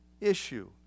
issue